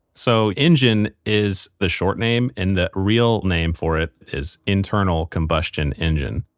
so engine is the short name and the real name for it is internal combustion engine.